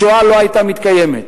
השואה לא היתה מתקיימת.